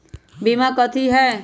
बीमा कथी है?